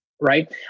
right